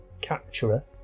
capturer